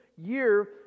year